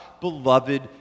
beloved